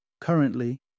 currently